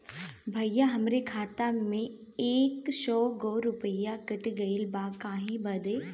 भईया हमरे खाता में से सौ गो रूपया कट गईल बा काहे बदे?